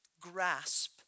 grasp